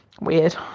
Weird